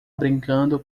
brincando